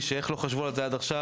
איך לא חשבו על ועדה לביטחון לאומי,